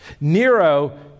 Nero